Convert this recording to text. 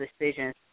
decisions